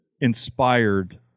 inspired